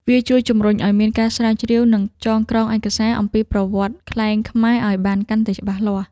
វាជួយជម្រុញឱ្យមានការស្រាវជ្រាវ និងចងក្រងឯកសារអំពីប្រវត្តិខ្លែងខ្មែរឱ្យបានកាន់តែច្បាស់លាស់។